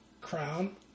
Crown